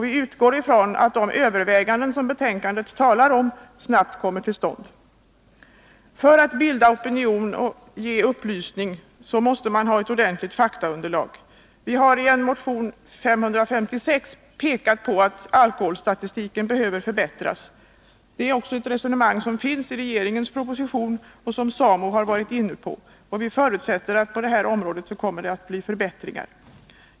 Vi utgår ifrån att de överväganden som man talar om i betänkandet snabbt kommer till stånd. För att bilda opinion och ge upplysning måste man ha ett ordentligt faktaunderlag. Vi har i motionen 556 pekat på att alkoholstatistiken behöver förbättras. Det är också ett resonemang som finns i regeringens proposition och som även SAMO har varit inne på. Vi förutsätter att det på det här området kommer att bli förbättringar.